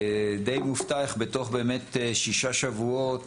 די מופתע איך באמת בתוך שישה שבועות